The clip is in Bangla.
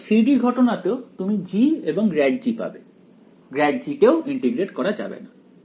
আবার 3 D ঘটনাতেও তুমি g এবং ∇g পাবে ∇g কেও ইন্টিগ্রেট করা যাবে না